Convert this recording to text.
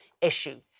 issue